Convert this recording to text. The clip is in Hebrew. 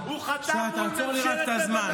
רק תעצור לי את הזמן.